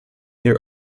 near